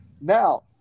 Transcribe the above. Now